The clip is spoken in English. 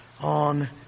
on